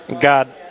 God